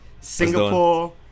Singapore